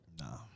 Nah